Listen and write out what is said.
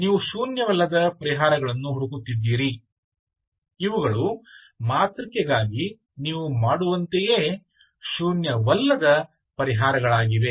ನೀವು ಶೂನ್ಯವಲ್ಲದ ಪರಿಹಾರಗಳನ್ನು ಹುಡುಕುತ್ತಿದ್ದೀರಿ ಇವುಗಳು ಮಾತೃಕೆಗಾಗಿ ನೀವು ಮಾಡುವಂತೆಯೇ ಶೂನ್ಯವಲ್ಲದ ಪರಿಹಾರಗಳಾಗಿವೆ